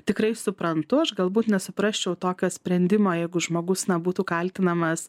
tikrai suprantu aš galbūt nesuprasčiau tokio sprendimo jeigu žmogus na būtų kaltinamas